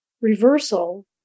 Reversal